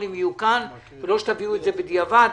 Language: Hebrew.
יהיו כאן ולא שתביאו את זה בדיעבד.